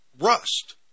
rust